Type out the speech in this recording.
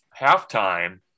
halftime